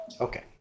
Okay